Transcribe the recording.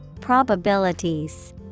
Probabilities